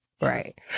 Right